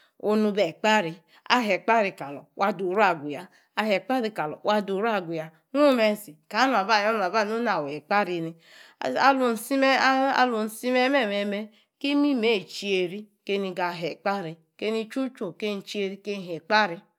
Onu be ekpari ahe ekpari kaloor wa durua gu ya gung mo tsi ka na nung aba nu na awor ekparri ni ahung itsi me aa alung itsi meme me kii imimeuyi due ri keini ga he ekpari keini tchu tchu keini ga tcheri kein ga he ekpari